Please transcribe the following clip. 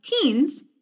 teens